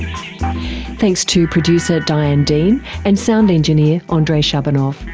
thanks to producer diane dean and sound engineer ah andrei shabunov.